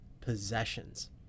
possessions